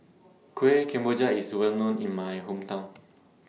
Kueh Kemboja IS Well known in My Hometown